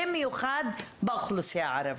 במיוחד באוכלוסייה הערבית.